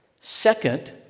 Second